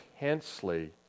intensely